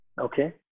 Okay